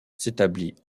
s’établit